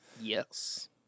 yes